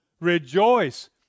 rejoice